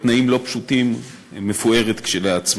בתנאים לא פשוטים, מפוארת כשלעצמה.